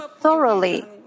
thoroughly